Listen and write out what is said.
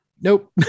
nope